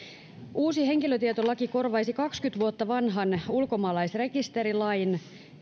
uusi henkilötietolaki korvaisi kaksikymmentä vuotta vanhan ulkomaalaisrekisterilain